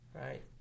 right